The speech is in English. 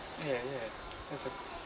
ya ya exact